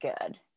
good